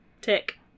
tick